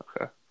Okay